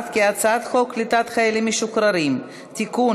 ההצעה להעביר את הצעת חוק קליטת חיילים משוחררים (תיקון,